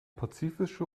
pazifische